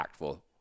impactful